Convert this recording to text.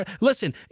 Listen